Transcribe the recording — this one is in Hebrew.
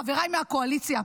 חבריי מהקואליציה,